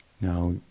Now